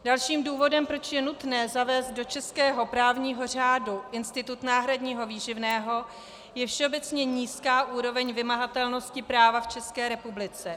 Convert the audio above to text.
Dalším důvodem, proč je nutné zavést do českého právního řádu institut náhradního výživného, je všeobecně nízká úroveň vymahatelnosti práva v České republice.